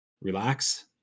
relax